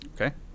okay